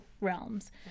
realms